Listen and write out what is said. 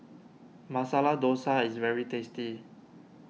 Masala Dosa is very tasty